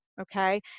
okay